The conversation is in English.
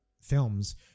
films